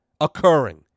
occurring